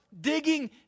digging